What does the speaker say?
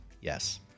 Yes